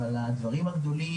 אבל אני חושב שהדברים הגדולים,